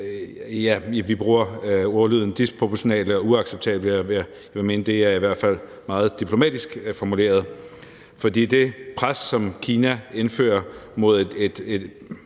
ja, vi bruger ordlyden disproportionale og uacceptable – jeg vil mene, at det i hvert fald er meget diplomatisk formuleret, for det pres, Kina udøver mod et